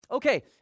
Okay